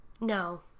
No